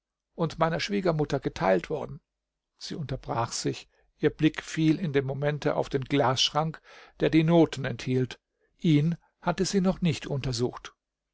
und meiner schwiegermutter geteilt worden sie unterbrach sich ihr blick fiel in dem momente auf den glasschrank der die noten enthielt ihn hatte sie noch nicht untersucht